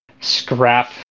scrap